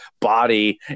body